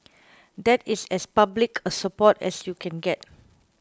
that is as public a support as you can get